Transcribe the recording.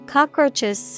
Cockroaches